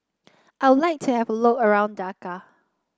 I like to have look around Dhaka